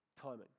timing